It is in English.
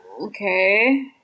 Okay